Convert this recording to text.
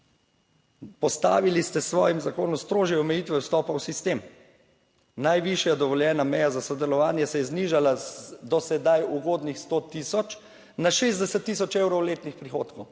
Postavili ste s svojim zakonom strožje omejitve vstopa v sistem, najvišja dovoljena meja za sodelovanje se je znižala z do sedaj ugodnih 100 tisoč na 60 tisoč evrov letnih prihodkov.